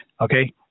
Okay